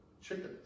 chickens